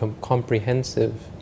comprehensive